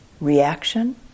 reaction